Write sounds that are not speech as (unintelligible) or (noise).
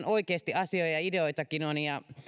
(unintelligible) oikeasti asioita ja ideoitakin on ja